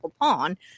pawn